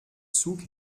zug